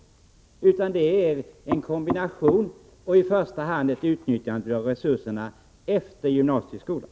Det är fråga om en kombination och i första hand ett utnyttjande av resurserna efter gymnasieskolan.